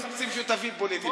לא מחפשים שותפים פוליטיים,